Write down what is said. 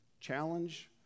challenge